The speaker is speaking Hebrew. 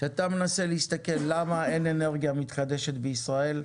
כשמנסים להסתכל למה אין אנרגיה מתחדשת בישראל,